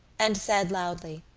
and said loudly